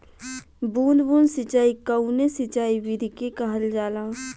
बूंद बूंद सिंचाई कवने सिंचाई विधि के कहल जाला?